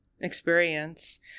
experience